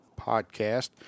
podcast